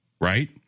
Right